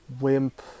Wimp